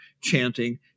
chanting